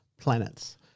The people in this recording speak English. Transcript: planets